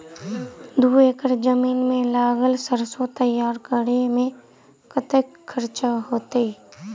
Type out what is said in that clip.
दू एकड़ जमीन मे लागल सैरसो तैयार करै मे कतेक खर्च हेतै?